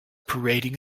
parading